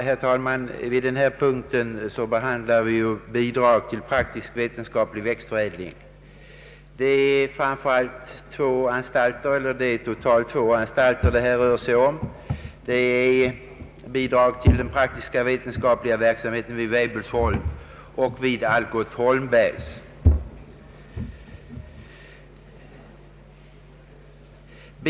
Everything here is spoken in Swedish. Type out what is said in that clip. Herr talman! Vi behandlar på denna punkt bidrag till praktiskt vetenskaplig växtförädling. Det rör sig om totalt två anstalter, nämligen den praktiskt vetenskapliga verksamheten vid Weibullsholm och vid Algot Holmberg & söner AB.